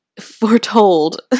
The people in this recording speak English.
foretold